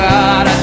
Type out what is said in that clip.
God